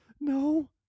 No